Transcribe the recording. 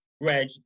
Reg